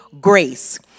grace